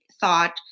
thought